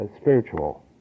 spiritual